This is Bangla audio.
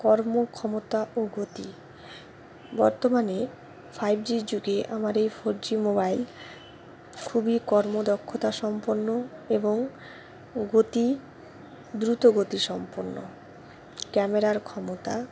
কর্মক্ষমতা ও গতি বর্তমানে ফাইভ জি যুগে আমার এই ফোর জি মোবাইল খুবই কর্মদক্ষতা সম্পন্ন এবং গতি দ্রুত গতি সমম্পন্ন ক্যামেরার ক্ষমতা